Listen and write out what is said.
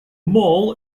mall